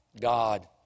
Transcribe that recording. God